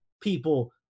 people